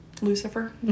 Lucifer